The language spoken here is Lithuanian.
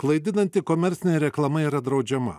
klaidinanti komercinė reklama yra draudžiama